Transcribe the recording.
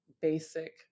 basic